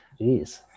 Jeez